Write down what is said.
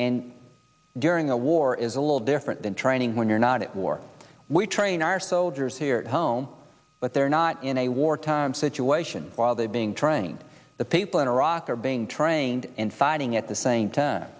training during a war is a little different than training when you're not at war we train our soldiers here at home but they're not in a wartime situation while they're being trained the people in iraq are being trained in fighting at the same time